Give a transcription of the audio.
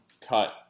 cut